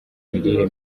imirire